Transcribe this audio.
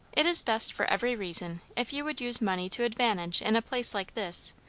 it is best for every reason, if you would use money to advantage in a place like this,